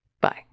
Bye